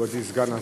מכובדי סגן השר,